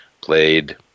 played